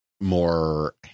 more